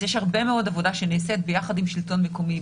אז יש הרבה מאוד עבודה שנעשית ביחד עם שלטון מקומי,